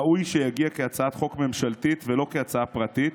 ראוי שיגיע כהצעת חוק ממשלתית ולא כהצעה פרטית.